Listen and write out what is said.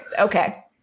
Okay